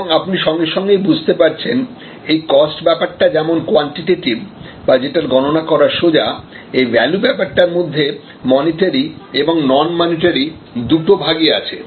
এবং আপনি সঙ্গে সঙ্গেই বুঝতে পারছেন যে এই কস্ট ব্যাপারটা যেমন খুবই কোয়ান্টিটেটিভ বা যেটার গণনা করা সোজা এই ভ্যালু ব্যাপারটার মধ্যে মানিটারি এবং নন মানিটারি দুটো ভাগই আছে